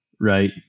Right